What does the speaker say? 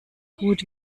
gut